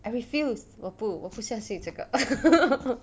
I refused 我不我不相信这个